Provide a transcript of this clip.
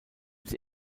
sie